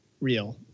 real